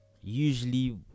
usually